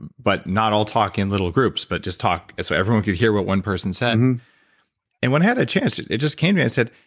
and but not all talk in little groups, but just talk so everyone could hear what one person said and and when i had a chance, it it just came to me, i said,